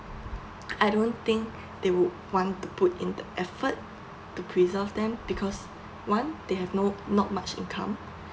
I don't think they would want to put in the effort to preserve them because one they have no not much income